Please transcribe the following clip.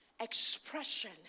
expression